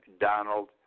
Donald